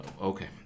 Okay